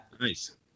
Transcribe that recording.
nice